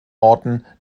orten